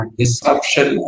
disruption